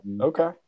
Okay